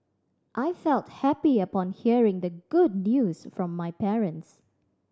I felt happy upon hearing the good news from my parents